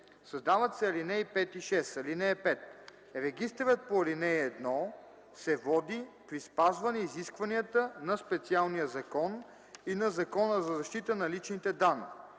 Създават се ал. 5 и 6: „(5) Регистърът по ал. 1 се води при спазване изискванията на специалния закон и на Закона за защита на личните данни.